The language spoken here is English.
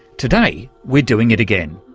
today, we're doing it again.